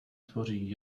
tvoří